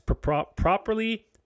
properly